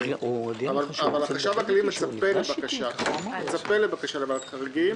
אבל החשב הכללי מצפה לבקשה לוועדת החריגים.